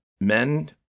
men